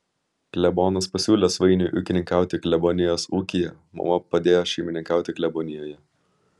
klebonas pasiūlė svainiui ūkininkauti klebonijos ūkyje mama padėjo šeimininkauti klebonijoje